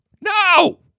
No